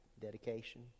Dedication